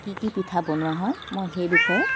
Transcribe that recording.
কি কি পিঠা বনোৱা হয় মই সেই বিষয়ে